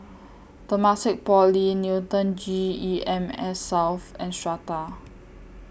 Temasek Poly Newton G E M S South and Strata